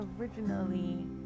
originally